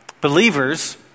Believers